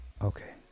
Okay